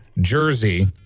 jersey